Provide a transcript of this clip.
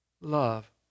love